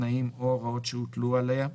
תנאים או הוראות שהוטלו עליה,